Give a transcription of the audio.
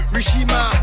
Rishima